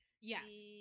yes